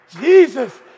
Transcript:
Jesus